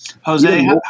jose